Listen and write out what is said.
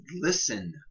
listen